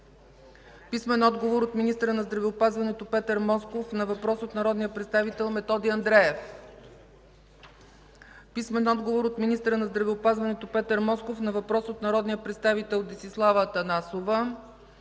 Тренчев; - министъра на здравеопазването Петър Москов на въпрос от народния представител Методи Андреев; - министъра на здравеопазването Петър Москов на въпрос от народния представител Десислава Атанасова;